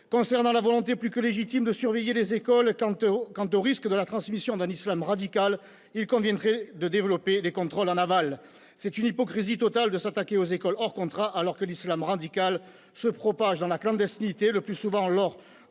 concerne la volonté plus que légitime de surveiller les écoles quant aux risques de transmission d'un islam radical, il conviendrait de développer les contrôles en aval. C'est une hypocrisie totale de s'attaquer aux écoles hors contrat, ... Ah !... alors que l'islam radical se propage dans la clandestinité, le plus souvent lors de cours